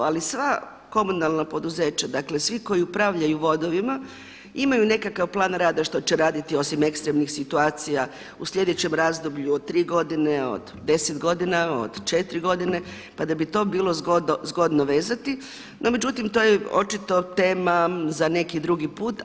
Ali sva komunalna poduzeća, dakle svi koji upravljaju vodovima imaju nekakav plan rada što će raditi osim ekstremnih situacija u sljedećem razdoblju od 3 godine, od 10 godina, od 4 godine pa da bi to bilo zgodno vezati no međutim to je očito tema za neki drugi put.